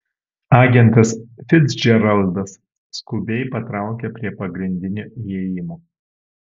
agentas ficdžeraldas skubiai patraukia prie pagrindinio įėjimo